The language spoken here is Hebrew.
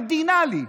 בנושא שהוא קרדינלי.